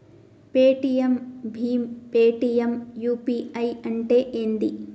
Paytm భీమ్ Paytm UPI అంటే ఏంది?